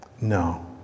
no